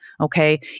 okay